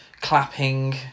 clapping